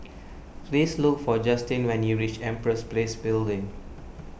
please look for Justin when you reach Empress Place Building